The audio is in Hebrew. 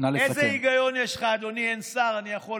איזה היגיון יש לך, נא לסכם.